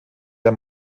der